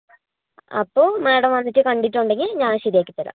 അപ്പോൾ മാഡം വന്ന് കണ്ടിട്ടുണ്ടെങ്കിൽ ഞാൻ അത് ശരി ആക്കി തരാം